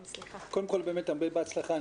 קודם כל באמת הרבה בהצלחה.